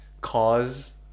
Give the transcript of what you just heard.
Cause